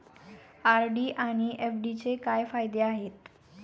RD आणि एफ.डीचे काय फायदे आहेत?